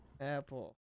Apple